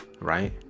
right